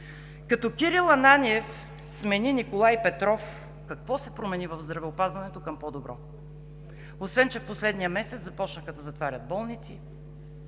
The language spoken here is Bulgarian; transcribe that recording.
като Кирил Ананиев смени Николай Петров, какво се промени в здравеопазването към по-добро, освен че в последния месец започнаха да затварят болници?